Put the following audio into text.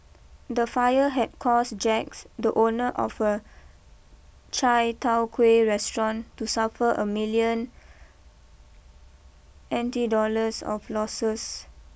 the fire had caused Jax the owner of a Chai tow Kuay restaurant to suffer a million N T dollars of losses